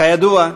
כידוע,